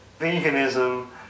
veganism